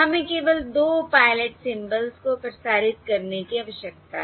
हमें केवल 2 pilot symbols को प्रसारित करने की आवश्यकता है